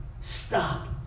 stop